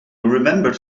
remembered